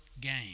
game